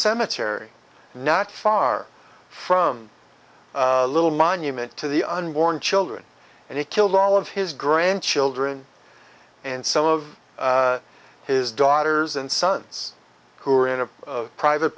cemetery not far from little monument to the unborn children and it killed all of his grandchildren and some of his daughters and sons who are in a private